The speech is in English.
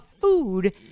food